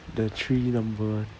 the three number [one]